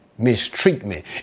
mistreatment